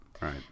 Right